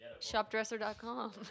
Shopdresser.com